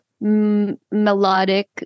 melodic